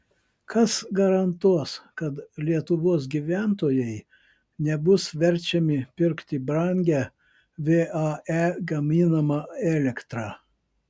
kas garantuos kad lietuvos gyventojai nebus verčiami pirkti brangią vae gaminamą elektrą